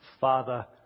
Father